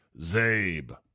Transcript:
Zabe